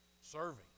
serving